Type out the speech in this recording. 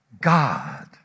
God